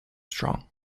strong